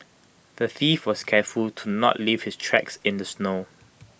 the thief was careful to not leave his tracks in the snow